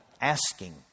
asking